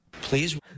Please